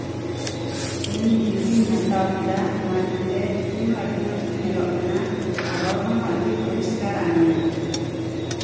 ᱤᱧ ᱴᱷᱤᱵᱷᱤᱧ ᱦᱟᱛᱟᱣ ᱠᱮᱫᱟ ᱱᱚᱶᱟ ᱴᱷᱤᱵᱷᱤ ᱨᱮ ᱪᱷᱚᱵᱤ ᱦᱚᱸ ᱟᱹᱰᱤ ᱢᱚᱸᱡᱽ ᱠᱚ ᱧᱮᱞᱚᱜ ᱠᱟᱱᱟ ᱨᱚᱲ ᱦᱚᱸ ᱟᱹᱰᱤ ᱯᱚᱨᱤᱥᱠᱟᱨ ᱟᱸᱡᱚᱢᱚᱜ ᱠᱟᱱᱟ